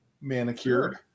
manicured